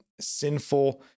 sinful